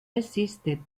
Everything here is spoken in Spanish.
existe